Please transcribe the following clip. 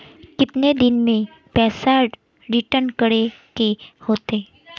कितने दिन में पैसा रिटर्न करे के होते?